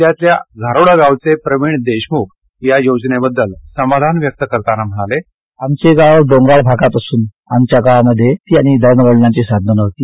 जिल्ह्यातल्या घारोडा गावचे प्रवीण देशमुख या योजनेबद्दल समाधान व्यक्त करताना म्हणाले आमचे गाव डोंगराळ भागात असून आमच्या गावात कोणतीही दळणवळणाची साधनं नव्हती